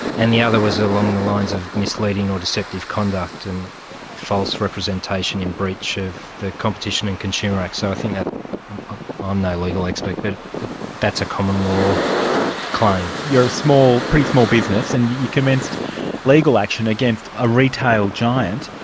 and the other was along the lines of misleading or deceptive conduct, and false representation in breach of the competition and consumer act, so i think that i'm ah um no legal expert, but that's a common law claim. you're a pretty small business and you you commenced legal action against a retail giant,